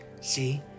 See